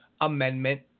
Amendment